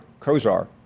Kozar